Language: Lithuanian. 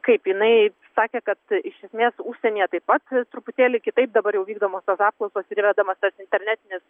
kaip jinai sakė kad iš esmės užsienyje taip pat truputėlį kitaip dabar jau vykdomas tos apklausos ir įvedamas tas internetinis